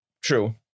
True